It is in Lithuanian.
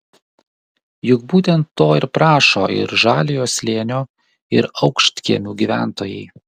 juk būtent to ir prašo ir žaliojo slėnio ir aukštkiemių gyventojai